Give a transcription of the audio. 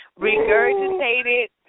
Regurgitated